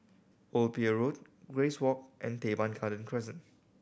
Old Pier Road Grace Walk and Teban Garden Crescent